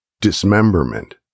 dismemberment